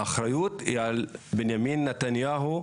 האחריות היא על בנימין נתניהו,